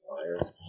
fire